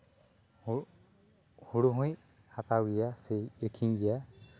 ᱦᱩ ᱦᱩᱲᱩ ᱦᱚᱸᱭ ᱦᱟᱛᱟᱣ ᱜᱮᱭᱟ ᱥᱮᱭ ᱟᱹᱠᱷᱨᱤᱧ ᱜᱮᱭᱟ